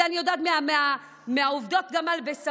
את זה אני יודעת מהעובדות גם על בשרי.